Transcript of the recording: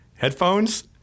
Headphones